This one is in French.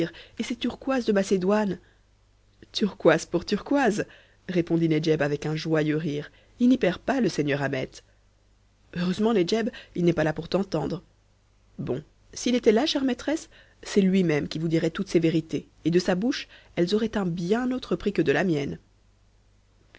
et ces turquoises de macédoine turquoise pour turquoise répondit nedjeb avec un joyeux rire il n'y perd pas le seigneur ahmet heureusement nedjeb il n'est pas là pour t'entendre bon s'il était là chère maîtresse c'est lui-même qui vous dirait toutes ces vérités et de sa bouche elles auraient un bien autre prix que de la mienne